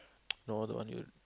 no the one you